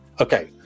okay